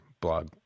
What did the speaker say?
blog